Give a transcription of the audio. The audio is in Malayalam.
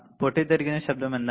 പൊട്ടിത്തെറിക്കുന്ന ശബ്ദം എന്താണ്